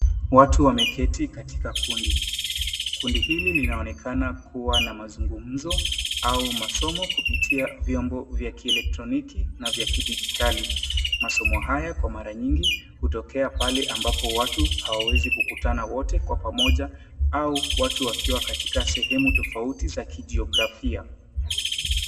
Watu wameketi katika kundi. Kundi hili linaonekana kuwa na mazugumzo au masomo kupitia vyombo vya kieletroniki na vya kidijitali. Masomo haya kwa mara nyingi hutokea pahali ambapo watu hawawezi kukutana wote kwa pamoja au watu wakiwa katika sehemu tofauti za kijiografia.